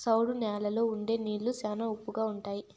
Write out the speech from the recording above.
సౌడు న్యాలల్లో ఉండే నీళ్లు శ్యానా ఉప్పగా ఉంటాయి